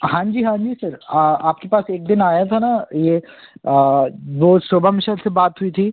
हांजी हांजी सर आपके पास एक दिन आया था ना ये वो शुभम सर से बात हुई थी